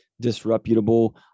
disreputable